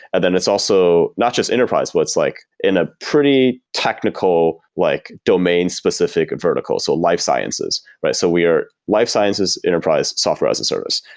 and then it's also not just enterprise. what's like in a pretty technical like domain-specific and vertical, so life sciences, right? so we are life sciences enterprise software as a and service.